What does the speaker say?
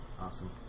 awesome